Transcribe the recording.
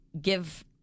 give